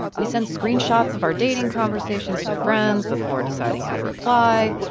we send screenshots of our dating conversations to friends before deciding how to reply.